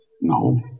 No